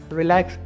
relax